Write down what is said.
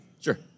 sure